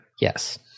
Yes